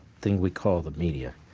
thing we call the media,